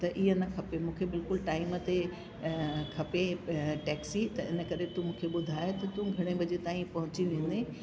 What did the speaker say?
त ईअं न खपे मुखे बिल्कुलु टाइम ते खपे अ टैक्सी त इन करे तू मूंखे ॿुधाए त तूं घणे वजे ताईं पहुची वेंदे